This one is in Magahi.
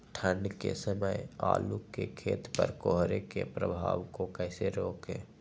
ठंढ के समय आलू के खेत पर कोहरे के प्रभाव को कैसे रोके?